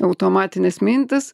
automatinės mintys